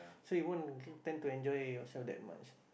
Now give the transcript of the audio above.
so you won't tend to enjoy yourself that much